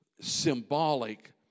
symbolic